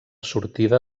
sortida